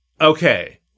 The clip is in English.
Okay